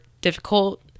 difficult